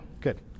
good